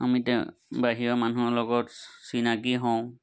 আমি বাহিৰা মানুহৰ লগত চিনাকি হওঁ